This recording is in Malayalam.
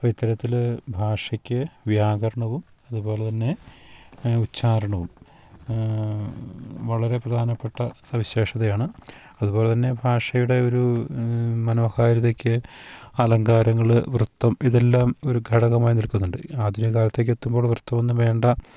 ഇപ്പം ഇത്തരത്തിൽ ഭാഷയ്ക്ക് വ്യാകരണവും അതുപോലെ തന്നെ ഉച്ചാരണവും വളരെ പ്രധാനപ്പെട്ട സവിശേഷതയാണ് അതുപോലെതന്നെ ഭാഷയുടെ ഒരു മനോഹാരിതയ്ക്ക് അലങ്കാരങ്ങൾ വൃത്തം ഇതെല്ലാം ഒരു ഘടകമായി നിൽക്കുന്നുണ്ട് ആധുനിക കാലത്തേക്ക് എത്തുമ്പോൾ വൃത്തമൊന്നും വേണ്ട